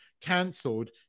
cancelled